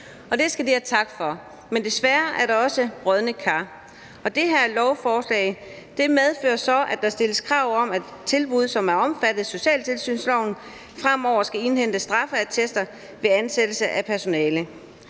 det skal de have tak for. Men desværre er der også brodne kar. Det her lovforslag medfører så, at der stilles krav om, at tilbud, som er omfattet af socialtilsynsloven, fremover skal indhente straffeattester ved ansættelse af personale.